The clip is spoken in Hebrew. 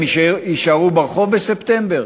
הם יישארו ברחוב בספטמבר?